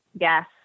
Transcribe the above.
Yes